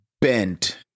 bent